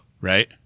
right